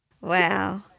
Wow